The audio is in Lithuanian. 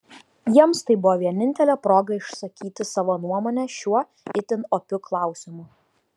jiems tai buvo vienintelė proga išsakyti savo nuomonę šiuo itin opiu klausimu